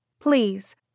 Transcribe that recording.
please